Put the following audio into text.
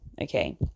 Okay